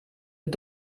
het